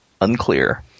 unclear